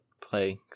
play